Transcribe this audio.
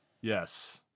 yes